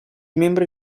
membri